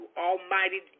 almighty